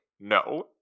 no